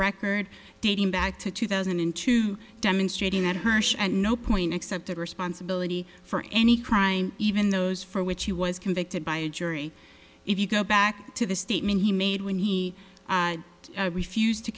record dating back to two thousand and two demonstrating that hersh at no point accepted responsibility for any crime even those for which he was convicted by a jury if you go back to the statement he made when he refused to